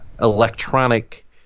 electronic